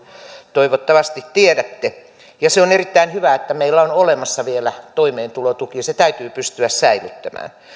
toivottavasti tiedätte ja se on erittäin hyvä että meillä on olemassa vielä toimeentulotuki se täytyy pystyä säilyttämään